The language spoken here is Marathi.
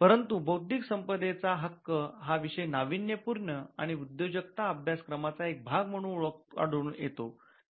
परंतु 'बौद्धिक संपदेचा हक्क' हा विषय नाविन्यपूर्ण आणि उद्योजकता अभ्यासक्रमाचा एक भाग म्हणून आढळून येतो